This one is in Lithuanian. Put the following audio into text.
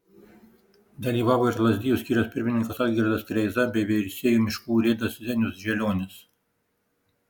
dalyvavo ir lazdijų skyriaus pirmininkas algirdas kreiza bei veisiejų miškų urėdas zenius želionis